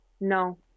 no